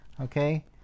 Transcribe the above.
Okay